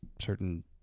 certain